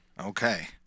Okay